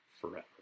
forever